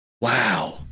Wow